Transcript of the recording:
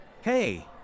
Hey